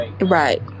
Right